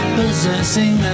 possessing